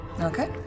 Okay